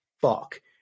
fuck